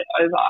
over